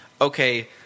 okay